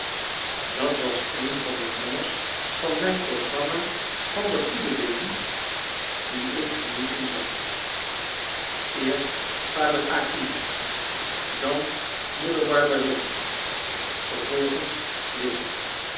dat was een van de nommers van mijn programma van de goede dingen die ik genieten zou eerst vader acquin dan moeder barberin vervolgens